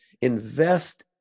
invest